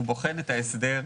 הוא בוחן את ההסדר.